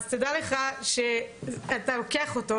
אז תדע לך שאתה לוקח אותו,